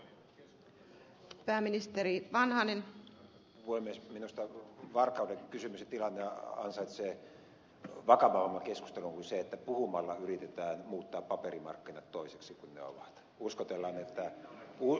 minusta varkauden kysymys ja tilanne ansaitsee vakavamman keskustelun kuin sen että puhumalla yritetään muuttaa paperimarkkinat toiseksi kuin ne ovat